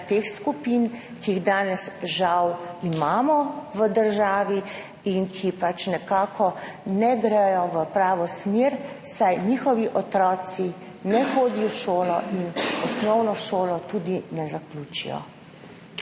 teh skupin, ki jih danes žal imamo v državi in ki nekako ne grejo v pravo smer, saj njihovi otroci ne hodijo v šolo in osnovne šole tudi ne zaključijo.